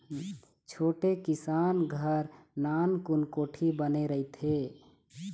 छोटे किसान घर नानकुन कोठी बने रहिथे